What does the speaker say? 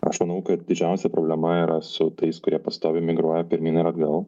aš manau kad didžiausia problema yra su tais kurie pastoviai migruoja pirmyn ir atgal